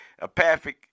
apathic